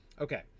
Okay